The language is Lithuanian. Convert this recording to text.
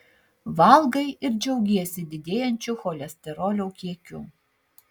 valgai ir džiaugiesi didėjančiu cholesterolio kiekiu